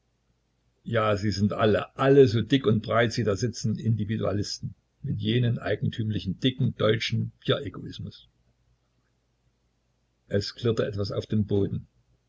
ja sie sind alle alle so dick und breit sie da sitzen individualisten mit jenem eigentümlichen dicken deutschen bieregoismus es klirrte etwas auf dem boden